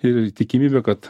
ir tikimybę kad